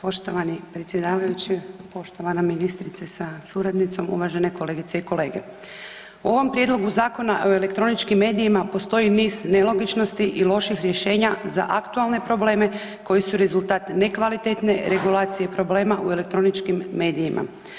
Poštovani predsjedavajući, poštovana ministrice sa suradnicom, uvažene kolegice i kolege, u ovom prijedlogu Zakona o elektroničkim medijima postoji niz nelogičnosti i loših rješenja za aktualne probleme koji su rezultat nekvalitetne regulacije problema u elektroničkim medijima.